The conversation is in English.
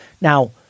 Now